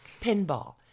pinball